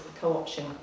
co-option